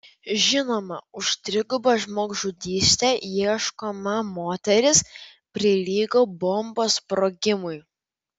žinoma už trigubą žmogžudystę ieškoma moteris prilygo bombos sprogimui